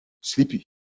sleepy